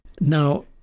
Now